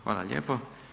Hvala lijepo.